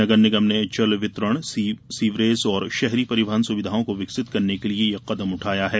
नगर निगम ने जल वितरण सीवरेज और शहरी परिवहन सुविधाओं को विकसित करने के लिए ये कदम उठाया है